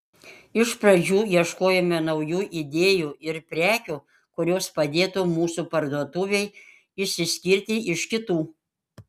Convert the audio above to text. iš pradžių ieškojome naujų idėjų ir prekių kurios padėtų mūsų parduotuvei išsiskirti iš kitų